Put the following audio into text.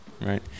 Right